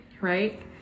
right